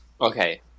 okay